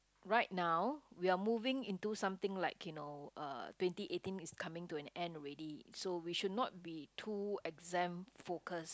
right now we are moving into something like you know uh twenty eighteen is coming to an end already so we should not be too exam focused